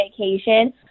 vacation